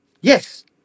yes